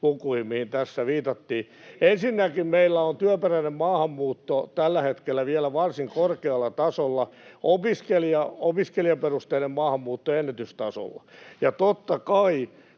lukuihin, mihin tässä viitattiin. Ensinnäkin meillä on työperäinen maahanmuutto tällä hetkellä vielä varsin korkealla tasolla, opiskelijaperusteinen maahanmuutto ennätystasolla. Ja totta kai,